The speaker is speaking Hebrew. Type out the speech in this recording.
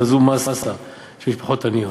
כזאת מאסה של משפחות עניות,